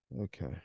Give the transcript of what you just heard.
Okay